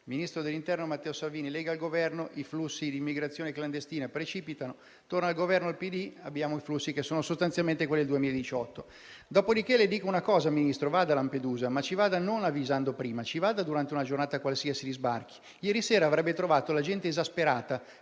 Ministro dell'interno Matteo Salvini con la Lega al Governo: i flussi di immigrazione clandestina precipitano; torna al Governo il Partito Democratico e i flussi sono sostanzialmente quelli del 2018. Dopodiché, signor Ministro, le dico una cosa: vada a Lampedusa, ma ci vada non avvisando prima; ci vada durante una giornata qualsiasi di sbarchi. Ieri sera avrebbe trovato la gente esasperata